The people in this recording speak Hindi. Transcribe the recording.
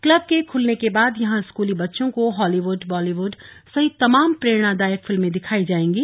क्लब केखलने के बाद यहां स्कूली बच्चों को हॉलीव्ड बॉलीव्ड सहित तमाम प्रेरणादायक फिल्में दिखायी जाएंगी